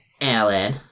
Alan